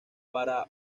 para